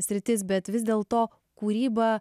sritis bet vis dėlto kūryba